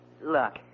look